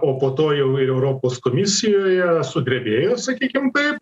o po to jau ir europos komisijoje sudrebėjo sakykim taip